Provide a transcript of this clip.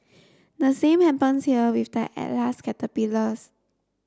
the same happens here with the Atlas caterpillars